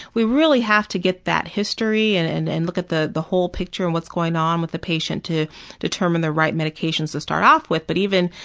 we really have to get that history, and and and look at the the whole picture of and what's going on with the patient to determine the right medications to start off with, but even,